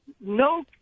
no